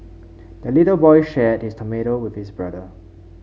the little boy shared his tomato with his brother